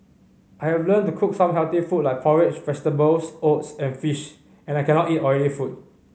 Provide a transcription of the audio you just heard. I have learned to cook some healthy food like porridge vegetables oats and fish and I cannot eat oily food